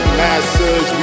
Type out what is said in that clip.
masses